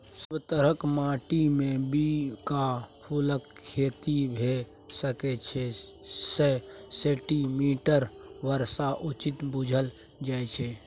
सब तरहक माटिमे बिंका फुलक खेती भए सकै छै सय सेंटीमीटरक बर्षा उचित बुझल जाइ छै